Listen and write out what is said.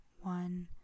One